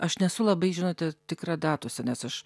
aš nesu labai žinote tikra datose nes aš